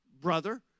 brother